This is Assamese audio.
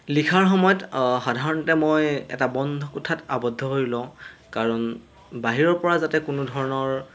লিখাৰ সময়ত সাধাৰণতে মই এটা বন্ধ কোঠাত আবদ্ধ হৈ লওঁ কাৰণ বাহিৰৰপৰা যাতে কোনো ধৰণৰ